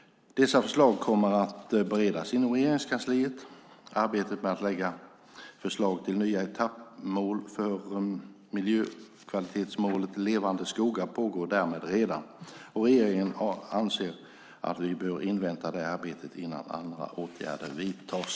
Dessa förslag kommer att beredas inom Regeringskansliet. Arbetet med att lägga fram förslag till nya etappmål för miljökvalitetsmålet Levande skogar pågår därmed redan, och regeringen anser att vi bör invänta det arbetet innan andra åtgärder vidtas.